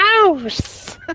house